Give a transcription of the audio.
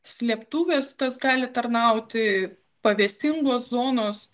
slėptuvės tas gali tarnauti pavėsingos zonos